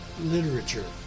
literature